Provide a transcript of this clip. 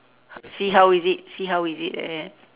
see how is it see how is it like that